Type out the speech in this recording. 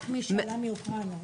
רק מי שעלה מאוקראינה.